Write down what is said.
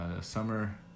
summer